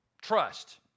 Trust